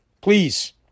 please